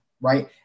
right